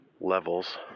levels